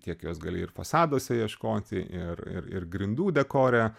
tiek jos gali ir fasaduose ieškoti ir ir ir grindų dekore